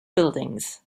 buildings